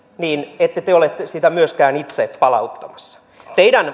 niin ette te te ole sitä myöskään itse palauttamassa teidän